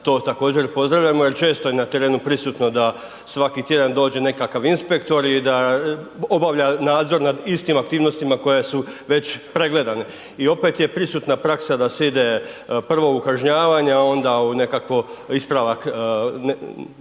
to također pozdravljamo, jer često je na terenu prisutno da svaki tjedan dođe nekakav inspektor i da obavlja nadzor nad istim aktivnostima koje su već pregledane. I opet je prisutna praksa da se ide prvo u kažnjavanje, a onda u nekakvo ispravak neuvjetnog